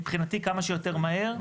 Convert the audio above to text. מבחינתי כמה שיותר מהר,